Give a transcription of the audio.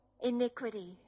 iniquity